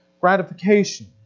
gratification